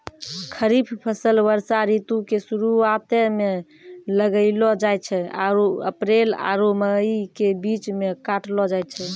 खरीफ फसल वर्षा ऋतु के शुरुआते मे लगैलो जाय छै आरु अप्रैल आरु मई के बीच मे काटलो जाय छै